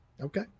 Okay